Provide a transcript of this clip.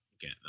get